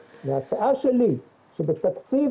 עוד דבר אחד שהציעה כאן --- גם כן מהמועצה למניעת